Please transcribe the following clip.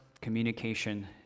communication